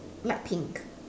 light pink